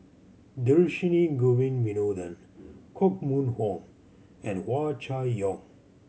Dhershini Govin Winodan Koh Mun Hong and Hua Chai Yong